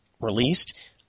released